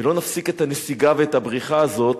ולא נפסיק את הנסיגה ואת הבריחה הזאת,